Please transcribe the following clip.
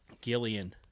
Gillian